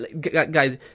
Guys